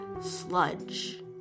Sludge